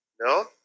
No